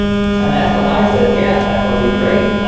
and that's when i said, yeah, that would be great.